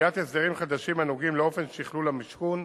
קביעת הסדרים חדשים הנוגעים לאופן שכלול המשכון,